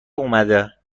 اومده